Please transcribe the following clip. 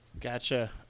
Gotcha